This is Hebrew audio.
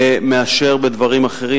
מאשר בדברים אחרים.